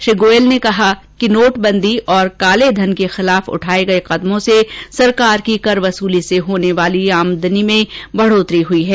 श्री गोयल ने कहा कि नोटबंदी और कालेधन के खिलाफ उठाये गये कदमों से सरकार की कर वसूली से होने वाली आमदनी में बढोतरी हई है